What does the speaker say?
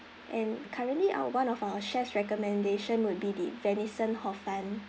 and currently our one of our chef's recommendation would be the venison hor fun